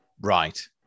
Right